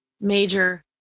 major